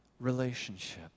relationship